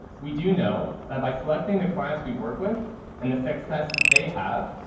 we do know that by selecting the clients we work with and the successes they have,